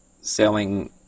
selling